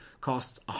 costs